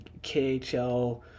KHL